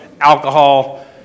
alcohol